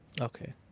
Okay